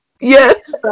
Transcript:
Yes